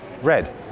Red